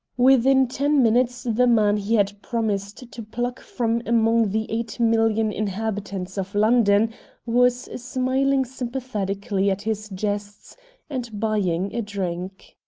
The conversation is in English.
within ten minutes the man he had promised to pluck from among the eight million inhabitants of london was smiling sympathetically at his jests and buying a drink.